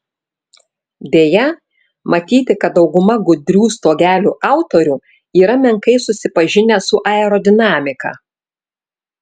deja matyti kad dauguma gudrių stogelių autorių yra menkai susipažinę su aerodinamika